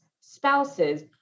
spouses